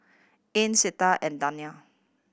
Ann Clytie and Dayna